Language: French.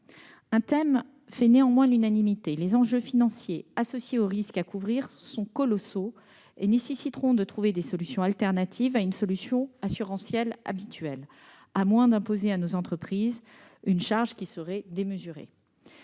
Un thème fait néanmoins l'unanimité. Les enjeux financiers associés aux risques à couvrir sont colossaux et nécessiteront de trouver des solutions de remplacement à une solution assurantielle habituelle, à moins d'imposer à nos entreprises une charge qui serait démesurée.